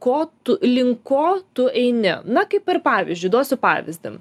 ko tu link ko tu eini na kaip ir pavyzdžiui duosiu pavyzdį